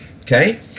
Okay